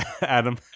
Adam